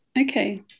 Okay